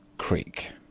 creek